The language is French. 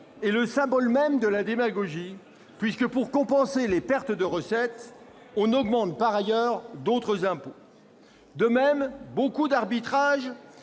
est le symbole même de la démagogie puisque, pour compenser la perte de recettes, on augmente par ailleurs d'autres impôts. De même, de nombreux arbitrages